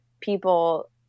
people